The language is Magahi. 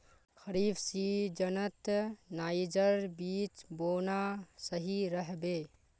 खरीफ सीजनत नाइजर बीज बोना सही रह बे